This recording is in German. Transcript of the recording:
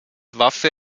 waffe